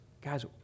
guys